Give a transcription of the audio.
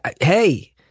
hey